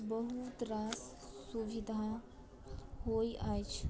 बहुत रास सुविधा होइ अछि